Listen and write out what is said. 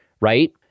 right